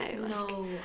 No